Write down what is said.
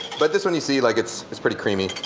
but this one you see, like it's it's pretty creamy.